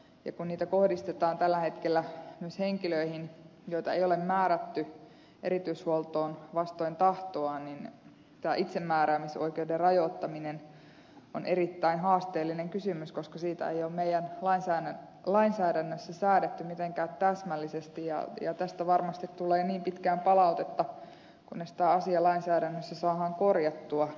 kun niitä kohdistetaan tällä hetkellä myös henkilöihin joita ei ole määrätty erityishuoltoon vastoin tahtoaan niin tämä itsemääräämisoikeuden rajoittaminen on erittäin haasteellinen kysymys koska siitä ei ole meidän lainsäädännössä säädetty mitenkään täsmällisesti ja tästä varmasti tulee niin pitkään palautetta kunnes tämä asia lainsäädännössä saadaan korjattua